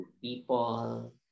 people